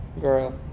girl